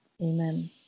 Amen